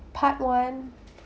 part one